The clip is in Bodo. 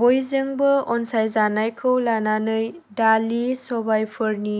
बयजोंबो अनसायजानायखौ लानानै दालि सबायफोरनि